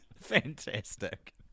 Fantastic